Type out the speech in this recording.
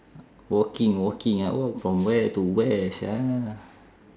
walking walking ah walk from where to where sia